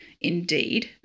Indeed